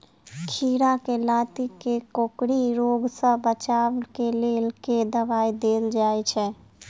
खीरा केँ लाती केँ कोकरी रोग सऽ बचाब केँ लेल केँ दवाई देल जाय छैय?